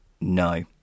No